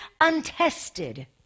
untested